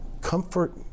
comfort